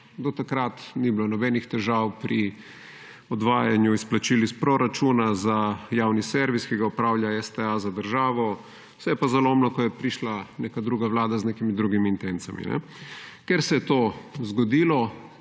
Do takrat ni bilo nobenih težav pri odvajanju izplačil iz proračuna za javni servis, ki ga opravlja STA za državo, se je pa zalomilo, ko je prišla neka druga Vlada, z nekimi drugimi intencami. Ker se je to zgodilo